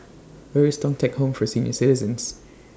Where IS Thong Teck Home For Senior Citizens